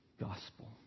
gospel